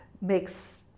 makes